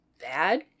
bad